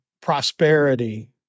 prosperity